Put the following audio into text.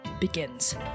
begins